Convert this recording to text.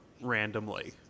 Randomly